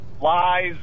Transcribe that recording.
lies